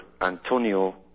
Antonio